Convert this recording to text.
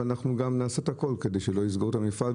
אנחנו נעשה הכל כדי שלא יסגרו את המפעל.